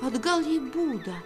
atgal į būdą